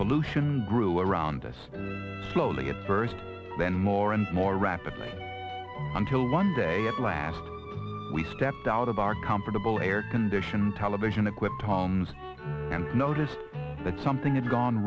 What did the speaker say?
pollution grew around us slowly at first then more and more rapidly until one day at last we stepped out of our comfortable air conditioned television equipped homes and noticed that something had gone